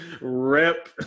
rip